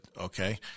okay